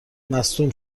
مصدوم